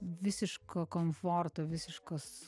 visiško komforto visiškos